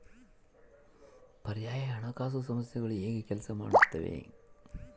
ಪರ್ಯಾಯ ಹಣಕಾಸು ಸಂಸ್ಥೆಗಳು ಹೇಗೆ ಕೆಲಸ ಮಾಡುತ್ತವೆ?